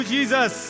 Jesus